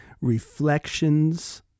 reflections